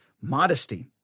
modesty